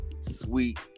sweet